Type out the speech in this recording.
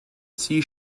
sea